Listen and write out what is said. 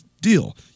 deal